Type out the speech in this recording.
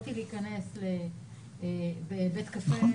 יכולתי להיכנס לבית קפה,